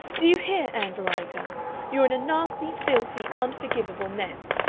do you hear, ann veronica you're in a nasty, filthy, unforgivable mess!